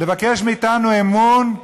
ולבקש מאתנו אמון?